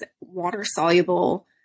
water-soluble